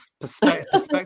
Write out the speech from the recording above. perspective